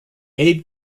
aide